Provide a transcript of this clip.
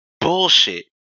bullshit